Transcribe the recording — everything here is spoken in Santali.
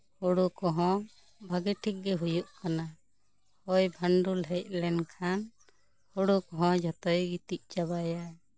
ᱦᱳᱲᱳ ᱠᱚᱦᱚᱸ ᱵᱷᱟᱜᱮ ᱴᱷᱤᱠ ᱜᱮ ᱦᱩᱭᱩᱜ ᱠᱟᱱᱟ ᱦᱚᱭ ᱵᱷᱟᱱᱰᱳᱞ ᱦᱮᱡ ᱞᱮᱱᱠᱷᱟᱱ ᱦᱳᱲᱳ ᱠᱚᱦᱚᱸ ᱡᱚᱛᱚᱭ ᱜᱤᱛᱤᱡ ᱪᱟᱵᱟᱭᱟ